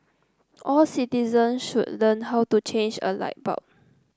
all citizens should learn how to change a light bulb